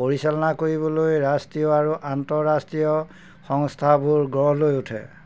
পৰিচালনা কৰিবলৈ ৰাষ্ট্ৰীয় আৰু আন্তঃৰাষ্ট্ৰীয় সংস্থাবোৰ গঢ় লৈ উঠে